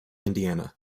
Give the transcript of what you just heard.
indiana